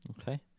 Okay